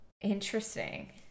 Interesting